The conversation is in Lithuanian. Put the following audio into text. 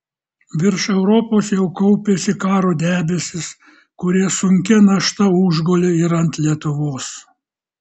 virš europos jau kaupėsi karo debesys kurie sunkia našta užgulė ir ant lietuvos